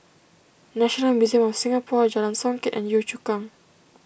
National Museum of Singapore Jalan Songket and Yio Chu Kang